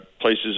places